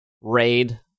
raid